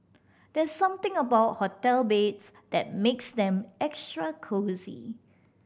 there's something about hotel beds that makes them extra cosy